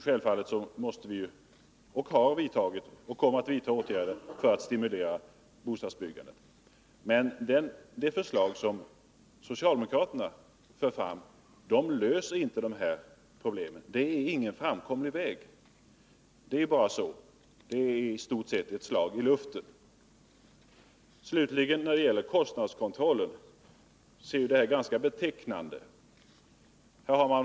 Självfallet måste vi då — det har vi gjort och kommer att göra — vidta åtgärder för att stimulera bostadsbyggandet. Men det förslag som socialdemokraterna för fram löser inte problemen — de anger ingen framkomlig väg. De är i-stort sett ett slag i luften.